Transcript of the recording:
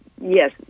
yes